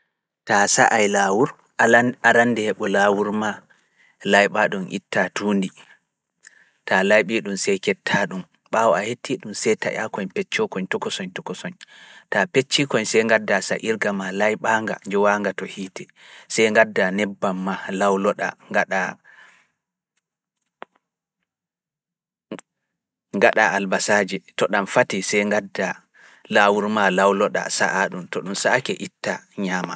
Ta sa'ai laawur alande arande heɓu lawru ma layɓa ɗum itta tuundi, ta layɓi ɗum seketa ɗum. Bɓaawo a hetti ɗum seeta yaakoñ peccoo koñ tokosoñ tokosoñ ta pecci koñ se gadda saayirga ma layɓa nga njowa nga to hiite. Se gadda nebbam ma lawloɗa gaɗa albasaaji to ɗam fati se gadda lawru ma lawloɗa saaha ɗum to ɗum saaki itta ñama.